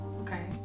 Okay